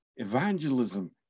Evangelism